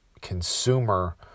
consumer